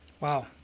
Wow